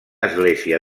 església